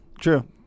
true